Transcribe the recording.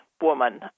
woman